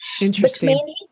Interesting